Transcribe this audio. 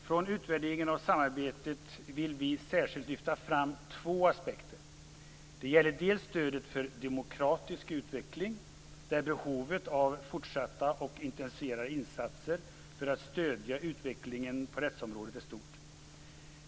Från utvärderingen av samarbetet vill vi särskilt lyfta fram två aspekter. Det gäller stödet för demokratisk utveckling. Behovet av fortsatta och intensifierade insatser för att stödja utvecklingen på rättsområdet är stort.